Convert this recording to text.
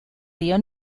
río